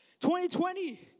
2020